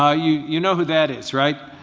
ah you you know who that is, right?